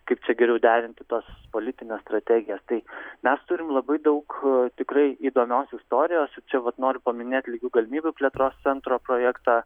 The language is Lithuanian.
kaip čia geriau derinti tas politines strategijas tai mes turim labai daug tikrai įdomios istorijos čia vat noriu paminėt lygių galimybių plėtros centro projektą